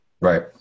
right